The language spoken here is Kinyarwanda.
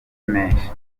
menshi